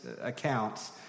accounts